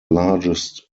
largest